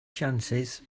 chances